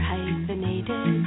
Hyphenated